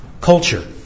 culture